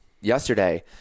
yesterday